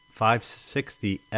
560